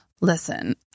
listen